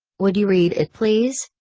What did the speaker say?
would you read it please?